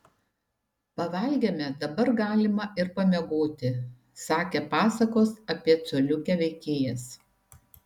pavalgėme dabar galima ir pamiegoti sakė pasakos apie coliukę veikėjas